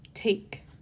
take